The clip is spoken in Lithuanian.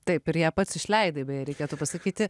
taip ir ją pats išleidai beje reikėtų pasakyti